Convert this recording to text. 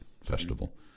festival